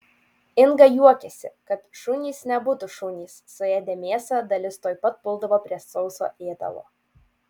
inga juokiasi kad šunys nebūtų šunys suėdę mėsą dalis tuoj pat puldavo prie sauso ėdalo